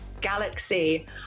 galaxy